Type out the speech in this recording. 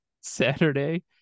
Saturday